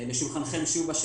במשך שמונה שנים